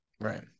right